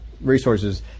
resources